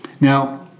Now